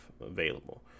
available